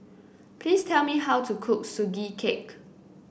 please tell me how to cook Sugee Cake